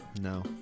No